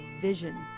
vision